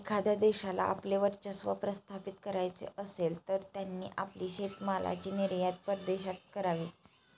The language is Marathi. एखाद्या देशाला आपले वर्चस्व प्रस्थापित करायचे असेल, तर त्यांनी आपली शेतीमालाची निर्यात परदेशात करावी